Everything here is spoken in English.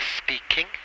speaking